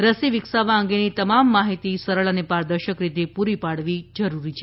રસી વિકસાવવા અંગેની તમામ માહિતી સરળ અને પારદર્શક રીતે પૂરી પાડવી જ જોઇએ